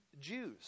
Jews